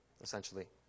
essentially